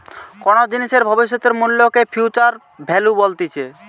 কোনো জিনিসের ভবিষ্যতের মূল্যকে ফিউচার ভ্যালু বলতিছে